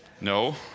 No